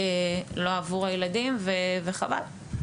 לא עבור הילדים וחבל.